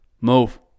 move